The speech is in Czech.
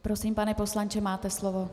Prosím, pane poslanče, máte slovo.